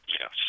yes